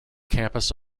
campus